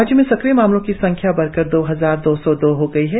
राज्य में सक्रिय मामलों की संख्या बढ़कर दो हजार दो सौ दो हो गई है